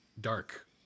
dark